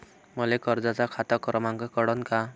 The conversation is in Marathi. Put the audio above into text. मले कर्जाचा खात क्रमांक कळन का?